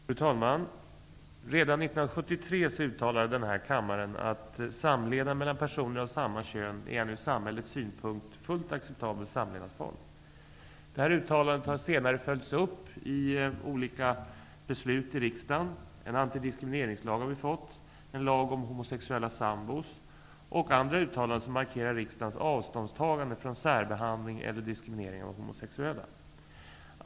Fru talman! Redan 1973 uttalade denna kammare att samlevnad mellan personer av samma kön är en ur samhällets synpunkt fullt acceptabel samlevnadsform. Det här uttalandet har senare följts upp i olika beslut i riksdagen. Vi har fått en antidiskrimineringslag, en lag om homosexuella sambor och det har gjorts andra uttalanden som markerar riksdagens avståndstagande från särbehandling eller diskriminering av homosexuella.